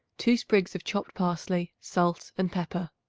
two sprigs of chopped parsley, salt and pepper.